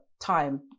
time